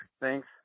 Thanks